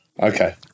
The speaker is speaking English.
okay